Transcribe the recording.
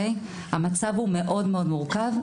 המצב הוא מאוד מאוד מורכב,